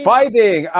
Fighting